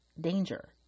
danger